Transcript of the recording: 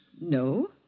No